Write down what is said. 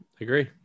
agree